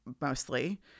mostly